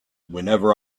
whenever